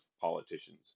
politicians